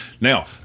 now